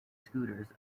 scooters